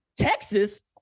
Texas